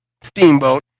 Steamboat